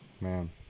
Man